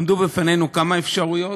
עמדו לפנינו כמה אפשרויות,